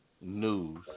news